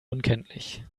unkenntlich